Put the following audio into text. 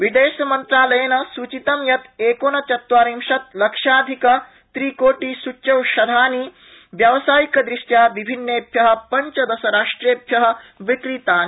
विदेशमन्त्रालयेन सूचितं यत् एकोनचत्वारिशत् लक्ष्यधिक त्रिकोटिसूच्यौषानि व्यावसायिकदृष्ट्या विभिन्नेभ्य पंचदशराष्ट्रेभ्य विक्रीतानि